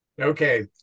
Okay